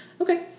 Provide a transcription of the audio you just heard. Okay